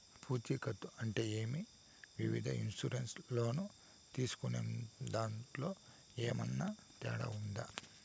పూచికత్తు అంటే ఏమి? వివిధ ఇన్సూరెన్సు లోను తీసుకునేదాంట్లో ఏమన్నా తేడా ఉందా?